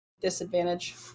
Disadvantage